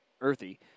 earthy